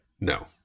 No